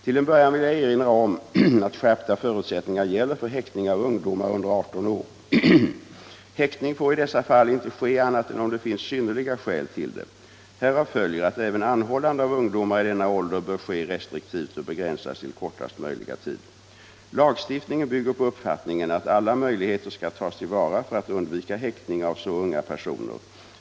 Till en början vill jag erinra om att skärpta förutsättningar gäller för häktning av ungdomar under 18 år. Häktning får i dessa fall inte ske annat än om det finns synnerliga skäl till det. Härav följer att även anhållande av ungdomar i denna ålder bör ske restriktivt och begränsas till kortaste möjliga tid. Lagstiftningen bygger på uppfattningen att alla möjligheter skall tas till vara för att undvika häktning av så unga personer.